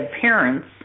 parents